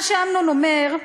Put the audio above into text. מה שאמנון אומר: